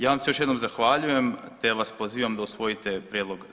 Ja vam se još jednom zahvaljujem te vas pozivam da usvojite prijedlog zakona.